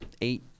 eight